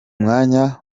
mwanya